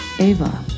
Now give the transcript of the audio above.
Ava